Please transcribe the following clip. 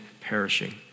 perishing